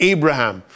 Abraham